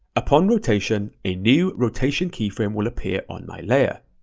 upon rotation, a new rotation keyframe will appear on my layer.